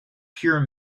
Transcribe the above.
pure